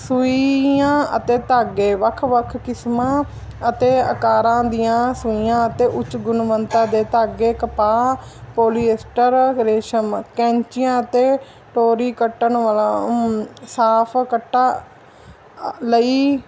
ਸੂਈਆਂ ਅਤੇ ਧਾਗੇ ਵੱਖ ਵੱਖ ਕਿਸਮਾਂ ਅਤੇ ਆਕਾਰਾਂ ਦੀਆਂ ਸੂਈਆਂ ਅਤੇ ਉੱਚ ਗੁਣਵੰਤਾ ਦੇ ਧਾਗੇ ਕਪਾਹ ਪੋਲੀਏਸਟਰ ਰੇਸ਼ਮ ਕੈਂਚੀਆਂ ਅਤੇ ਟੋਰੀ ਕੱਟਣ ਵਾਲਾ ਮੂ ਸਾਫ ਕੱਟਣ ਲਈ